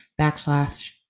backslash